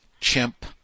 chimp